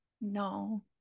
No